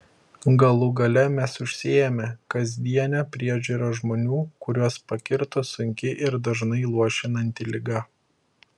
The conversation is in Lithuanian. galų gale mes užsiėmę kasdiene priežiūra žmonių kuriuos pakirto sunki ir dažnai luošinanti liga